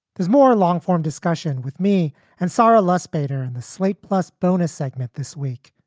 there's more long form discussion with me and sara lustbader and the slate plus bonus segment this week.